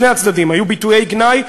משני הצדדים היו ביטויי גנאי,